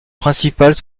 principales